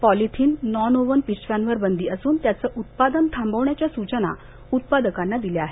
polythene nonwoven पिशव्यावर बंदी असुन त्याचं उत्पादन थांबवण्याच्या सुचना उत्पादकांना दिल्या आहेत